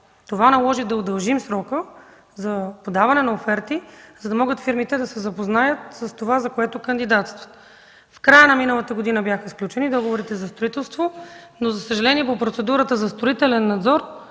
Това наложи да удължим срока за подаване на оферти, за да могат фирмите да се запознаят с това, за което кандидатстват. В края на миналата година бяха сключени договорите за строителство, но, за съжаление, по процедурата за строителен надзор